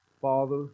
father